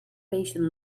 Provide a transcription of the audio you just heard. patient